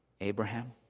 Abraham